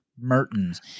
Mertens